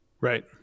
right